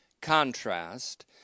contrast